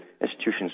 institutions